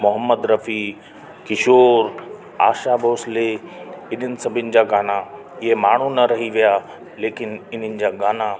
मोहम्मद रफ़ी किशोर आशा भोसले इन्हीनि सभिनि जा गाना ईअ माण्हू न रही विया लेकिन इन्हीनि जा गाना